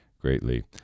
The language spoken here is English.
greatly